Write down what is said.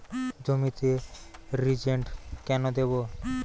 জমিতে রিজেন্ট কেন দেবো?